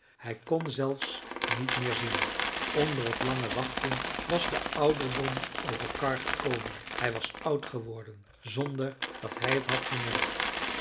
hij kon zelfs niet meer zien onder het lange wachten was de ouderdom over karr gekomen hij was oud geworden zonder dat hij het had gemerkt